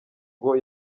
ngo